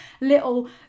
little